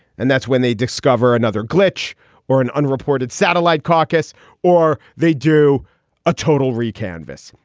and that's when they discover another glitch or an unreported satellite caucus or they do a total recanvass.